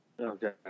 Okay